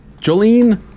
Jolene